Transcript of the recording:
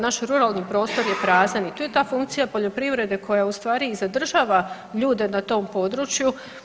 Naš ruralni prostor je prazan i tu je ta funkcija poljoprivrede koja u stvari i zadržava ljude na tom području.